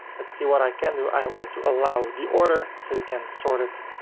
let's see what i can do. i want to allow the order, so you can sort it